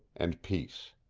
and peace.